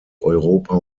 europa